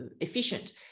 efficient